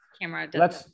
camera